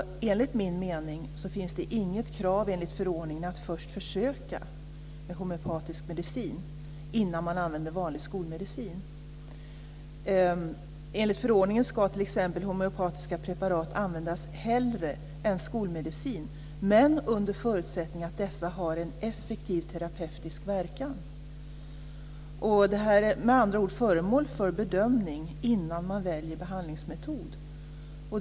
Enligt min mening finns det inget krav enligt förordningen på att man först ska försöka med homeopatisk medicin innan man använder vanlig skolmedicin. Enligt förordningen ska t.ex. homeopatiska preparat användas hellre än skolmedicin men under förutsättning att dessa har en effektiv terapeutisk verkan. Det handlar med andra ord om en bedömning innan man väljer behandlingsmetod.